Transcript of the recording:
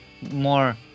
more